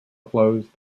closed